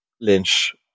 Lynch